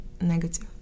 negative